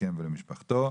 לזקן ולמשפחתו.